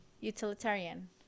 utilitarian